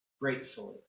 gratefully